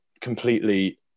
completely